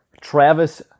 Travis